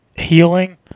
Healing